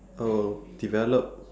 oh develop